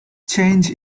change